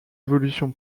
évolution